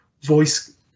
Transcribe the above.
voice